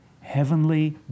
heavenly